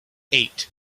eight